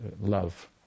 love